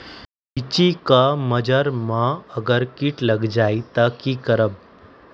लिचि क मजर म अगर किट लग जाई त की करब?